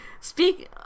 speak